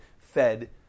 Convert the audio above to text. fed